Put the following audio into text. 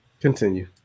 Continue